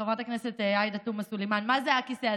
חברת הכנסת עאידה תומא סלימאן, מה זה הכיסא הזה.